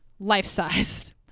life-sized